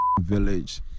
village